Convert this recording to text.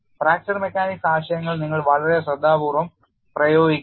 fracture mechanics ആശയങ്ങൾ നിങ്ങൾ വളരെ ശ്രദ്ധാപൂർവ്വം പ്രയോഗിക്കണം